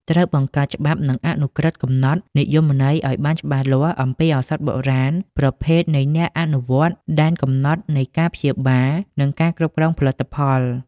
ត្រូវបង្កើតច្បាប់ និងអនុក្រឹត្យកំណត់និយមន័យឲ្យបានច្បាស់លាស់អំពីឱសថបុរាណ ប្រភេទនៃអ្នកអនុវត្ត ដែនកំណត់នៃការព្យាបាល និងការគ្រប់គ្រងផលិតផល។